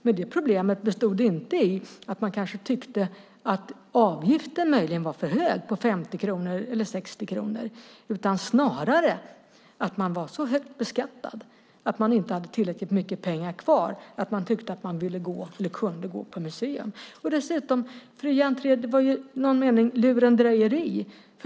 Men det problemet bestod nog inte i att man tyckte att avgiften på 50 eller 60 kronor var för hög, utan snarare i att man var så högt beskattad att man inte hade så mycket pengar kvar att man kunde gå på museum. Dessutom var "fri entré" i någon mening lurendrejeri.